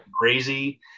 crazy